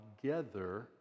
together